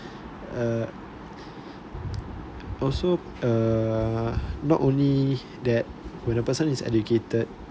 uh also err not only that when a person is educated